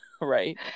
right